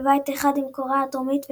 לבית אחד עם קוריאה הדרומית ויפן.